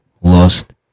lost